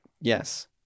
Yes